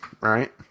Right